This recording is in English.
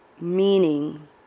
meaning